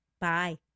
Bye